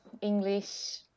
English